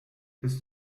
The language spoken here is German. bist